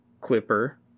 clipper